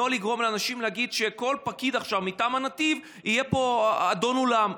לא לגרום לאנשים להגיד שכל פקיד מטעם נתיב עכשיו יהיה פה אדון עולם,